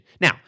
Now